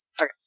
okay